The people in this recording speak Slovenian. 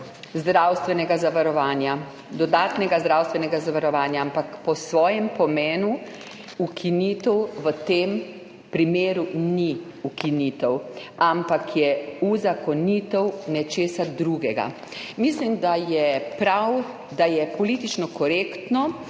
zdravstvenega zavarovanja, dodatnega zdravstvenega zavarovanja. Ampak po svojem pomenu ukinitev v tem primeru ni ukinitev, ampak je uzakonitev nečesa drugega. Mislim, da je prav, da je politično korektno,